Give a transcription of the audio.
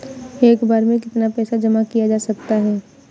एक बार में कितना पैसा जमा किया जा सकता है?